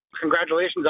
Congratulations